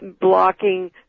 blocking